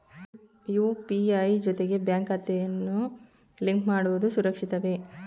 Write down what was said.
UPI ಜೊತೆಗೆ bank ಖಾತೆಯನ್ನು link ಮಾಡುವುದು ಸುರಕ್ಷಿತವೇ?